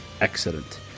excellent